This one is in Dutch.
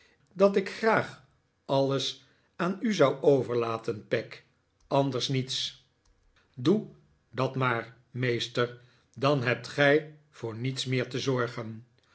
dat maar meester dan hebt gij voor niets meer te zorgen